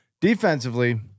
defensively